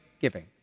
giving